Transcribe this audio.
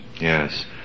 Yes